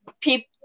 people